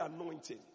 anointing